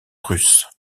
russes